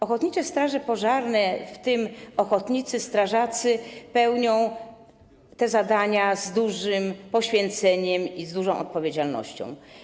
Ochotnicze straże pożarne, w tym ochotnicy strażacy, wypełniają te zadania z dużym poświęceniem i z dużą odpowiedzialnością.